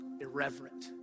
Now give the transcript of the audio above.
irreverent